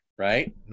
Right